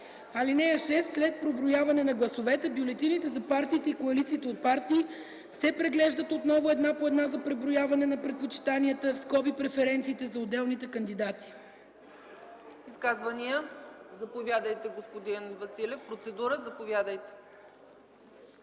(6) След преброяване на гласовете бюлетините за партиите и коалициите от партии се преглеждат отново една по една за преброяване на предпочитанията (преференциите) за отделните кандидати.”